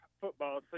football